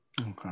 okay